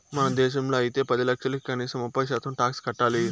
మన దేశంలో అయితే పది లక్షలకి కనీసం ముప్పై శాతం టాక్స్ కట్టాలి